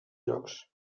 llocs